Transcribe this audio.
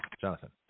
Jonathan